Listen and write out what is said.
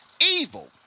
Evil